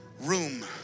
room